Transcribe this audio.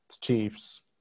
Chiefs